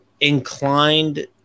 inclined